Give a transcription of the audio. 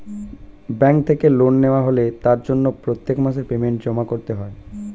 bank থেকে loan নেওয়া হলে তার জন্য প্রত্যেক মাসে পেমেন্ট জমা করতে হয়